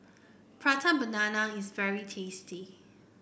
Prata Banana is very tasty